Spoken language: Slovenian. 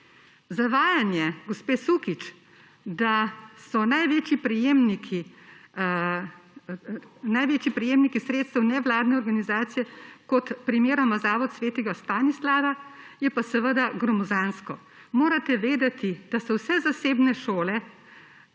Sukič, da so največji prejemniki sredstev nevladne organizacije, kot je primeroma Zavod svetega Stanislava, je pa seveda gromozansko. Morate vedeti, da so vse zasebne šole